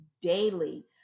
daily